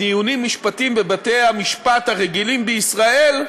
דיונים משפטיים בבתי-המשפט הרגילים בישראל,